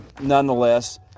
nonetheless